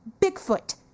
bigfoot